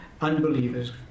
unbelievers